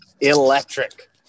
electric